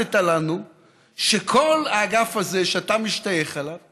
ופירטת לנו שכל האגף הזה שאתה משתייך אליו,